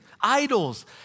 idols